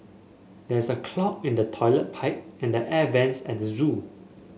there is a clog in the toilet pipe and the air vents at the zoo